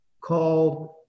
called